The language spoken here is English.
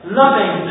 loving